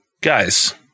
Guys